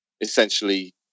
essentially